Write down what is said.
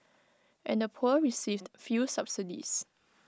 and the poor received few subsidies